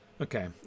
Okay